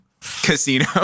casino